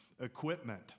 equipment